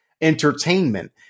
entertainment